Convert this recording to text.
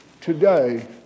today